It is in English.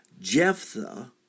Jephthah